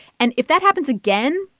and if that happens again,